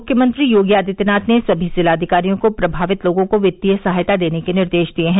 मुख्यमंत्री योगी आदित्यनाथ ने सभी जिला अधिकारियों को प्रभावित लोगों को वित्तीय सहायता देने के निर्देश दिए हैं